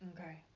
Okay